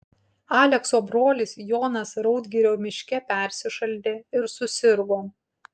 alekso brolis jonas raudgirio miške persišaldė ir susirgo